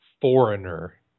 Foreigner